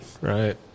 right